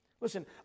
Listen